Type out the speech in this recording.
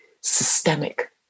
systemic